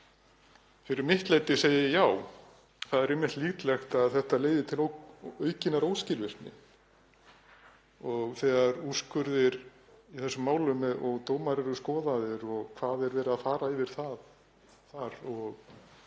Fyrir mitt leyti segi ég: Já, það er einmitt líklegt að þetta leiði til aukinnar óskilvirkni. Þegar úrskurðir í þessum málum og dómar eru skoðaðir, og hvað er verið að fara yfir þar og hvaða